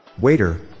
Waiter